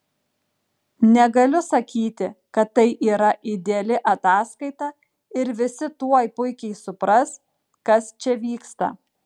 negaliu sakyti kad tai yra ideali ataskaita ir visi tuoj puikiai supras kas čia vyksta